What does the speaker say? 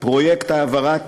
פרויקט העברת